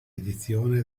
edizione